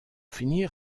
finir